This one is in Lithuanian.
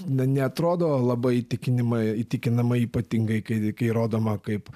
na neatrodo labai įtikinimai įtikinamai ypatingai kai kai rodoma kaip